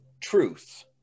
truth